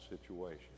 situation